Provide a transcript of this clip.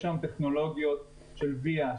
יש היום טכנולוגיות של ויה,